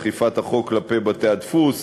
אכיפת החוק כלפי בתי-הדפוס,